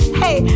hey